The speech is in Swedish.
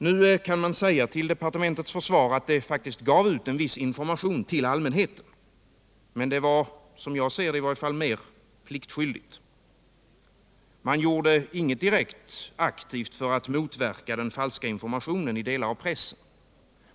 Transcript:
Nu kan man till departementets försvar säga att det faktiskt gav ut en viss information till allmänheten, men som jag ser det gjordes det bara pliktskyldigast; man gjorde ingenting direkt aktivt för att motverka den falska informationen i delar av pressen.